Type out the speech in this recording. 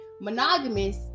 monogamous